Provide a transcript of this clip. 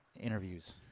interviews